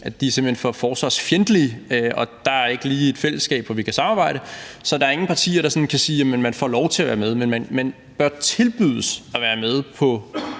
at de simpelt hen er for forsvarsfjendtlige, og der er ikke lige et fællesskab, hvor vi kan samarbejde. Så der er ingen partier, der sådan kan sige, at man får lov til at være med, men man bør tilbydes at være med på